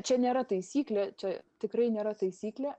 čia nėra taisyklė čia tikrai nėra taisyklė